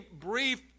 brief